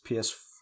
PS